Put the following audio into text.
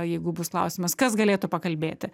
jeigu bus klausimas kas galėtų pakalbėti